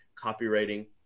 copywriting